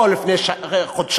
או לפני חודשיים-שלושה.